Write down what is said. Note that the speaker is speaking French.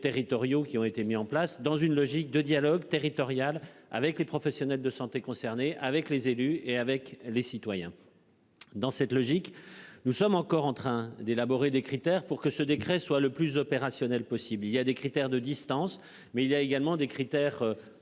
qui ont été mis en place dans une logique de dialogue territorial avec les professionnels de santé concernés avec les élus et avec les citoyens. Dans cette logique. Nous sommes encore en train d'élaborer des critères pour que ce décret soit le plus opérationnel possible. Il y a des critères de distance mais il y a également des critères